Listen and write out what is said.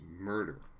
murder